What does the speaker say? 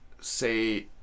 say